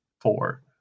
four